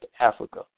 Africa